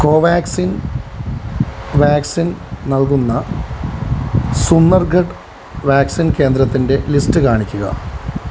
Covaxin vaccine നൽകുന്ന Sundargarh vaccine കേന്ദ്രത്തിൻ്റെ list കാണിക്കുക